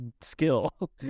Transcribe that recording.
skill